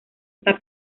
está